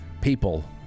people